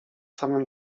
samym